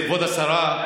כבוד השרה,